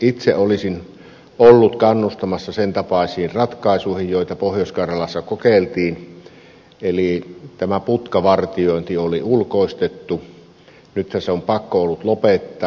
itse olisin ollut kannustamassa sentapaisiin ratkaisuihin joita pohjois karjalassa kokeiltiin eli putkavartiointi oli ulkoistettu nythän se on ollut pakko lopettaa